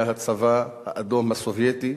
היה הצבא האדום הסובייטי,